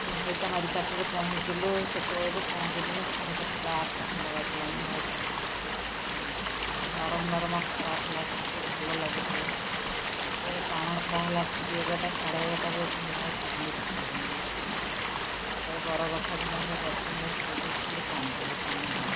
ଗଇତା ମାରି ପାଟରେ ପହଞ୍ଚିଲୁ ସେତେବେଳକୁ ପହଁଞ୍ଚିଲୁଣି ସାଢ଼େ ସାତଟା ଆଠଟା ଖଣ୍ଡ ବାଜିଲାଣି ଗଇତା ମାରି ପାଟରେ ପହଁଞ୍ଚିଲୁଣି ନରମ ନରମ ଖରା ଥିଲା ଟିକେ ଭଲ ଲାଗୁଥିଲା ଯେତେବେଳେ ଟାଣ ଖରା ହେଲା ଠିକ୍ ଏଗାରଟା ସାଢ଼େ ଏଗାରଟା ବେଳକୁ ମୁଁ ଆଉ ଚାଲି ପାରିଲିନି ମୋତେ ଗୋଟେ ବରଗଛ ଥିଲା ସେ ଗଛ ମୂଳେ ଶୋଇକିରି ଖାଲି କାନ୍ଦିଲି ପାଣି ପାଇଁ